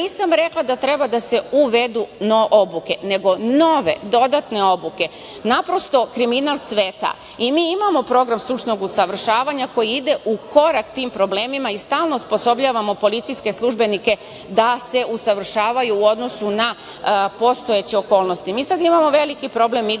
Nisam rekla da treba da se uvedu obuke nego nove dodatne obuke, naprosto kriminal cveta i mi imamo program stručnog usavršavanja koji ide u korak sa tim problemima i stalno osposobljavamo policijske službenike da se usavršavaju u odnosu na postojeće okolnosti. Mi sada imamo veliki problem